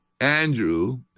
Andrew